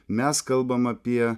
mes kalbam apie